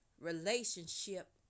relationship